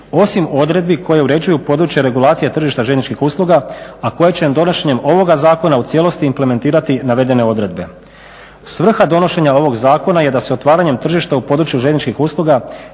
osim odredbi koje uređuju područje regulacija tržišta željezničkih usluga, a koje će nam donošenjem ovoga zakona u cijelosti implementirati navedene odredbe. Svrha donošenja ovog zakona je da se otvaranjem tržišta u području željezničkih usluga